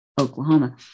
Oklahoma